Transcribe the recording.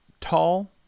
tall